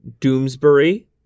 doomsbury